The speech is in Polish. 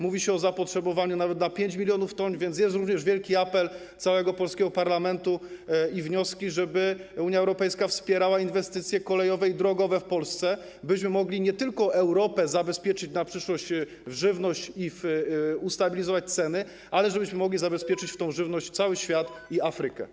Mówi się o zapotrzebowaniu nawet na 5 mln t, więc jest również wielki apel całego polskiego parlamentu i wnioski, żeby Unia Europejska wspierała inwestycje kolejowe i drogowe w Polsce, byśmy nie tylko mogli Europę zabezpieczyć na przyszłość w żywność i ustabilizować ceny, ale także mogli zabezpieczyć w tę żywność cały świat i Afrykę.